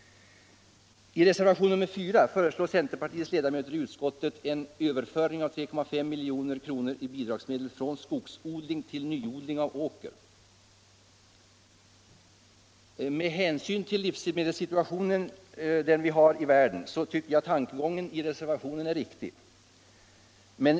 I reservation nr 4 föreslår centerpartiets ledamöter i utskottet en överföring av 3,5 milj.kr. i bidragsmedel från skogsodling till nyodling av åker. Med hänsyn till den livsmedelssituation som vi har i världen är tankegången i den reservationen riktig.